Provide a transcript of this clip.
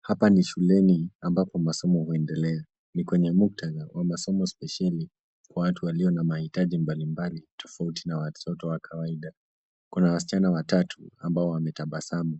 Hapa ni shuleni ambapo masomo huendelea. Kwenye muktadha masomo spesheli, watu walio na mahitaji mbalimbali tofauti na watoto wa kawaida. Kuna wasichana watatu ambao wametabasamu.